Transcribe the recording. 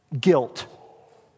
guilt